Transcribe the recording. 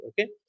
Okay